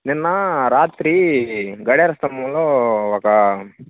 నిన్న రాత్రి గడియార స్తంభంలో ఒక